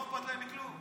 לא אכפת להם מכלום.